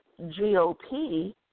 GOP